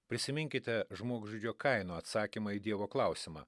prisiminkite žmogžudžio kaino atsakymą į dievo klausimą